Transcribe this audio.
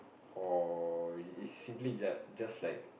or is is simply just just like